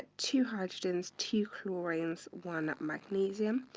two hydrogens, two chlorines, one magnesium.